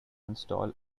install